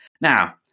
Now